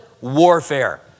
warfare